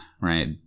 right